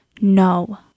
No